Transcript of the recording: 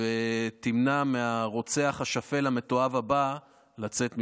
ותמנע מהרוצח השפל המתועב הבא לצאת מביתו.